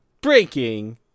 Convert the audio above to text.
breaking